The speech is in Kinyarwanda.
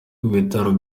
w’ibitaro